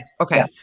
okay